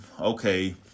okay